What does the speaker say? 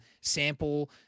sample